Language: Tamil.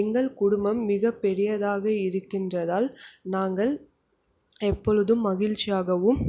எங்கள் குடும்பம் மிக பெரியதாக இருக்கின்றதால் நாங்கள் எப்பொழுதும் மகிழ்ச்சியாகவும்